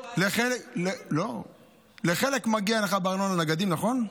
לחלק מגיע הנחה בארנונה, נגדים, נכון?